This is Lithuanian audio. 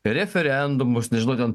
referendumus nežinau ten